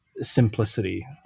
simplicity